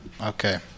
Okay